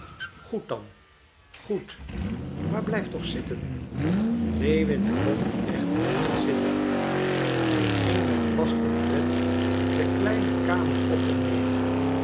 goed dan goed maar blijf toch zitten lewin kon echter niet zitten hij ging met vasten tred de kleine kamer op en neder